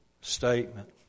statement